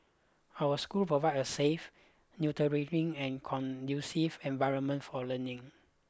our schools provide a safe nurturing and conducive environment for learning